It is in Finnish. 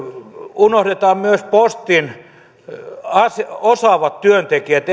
unohdetaan myös postin osaavat työntekijät